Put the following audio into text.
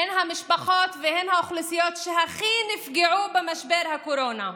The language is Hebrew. הן המשפחות והן האוכלוסיות שהכי נפגעו במשבר הקורונה.